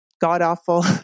God-awful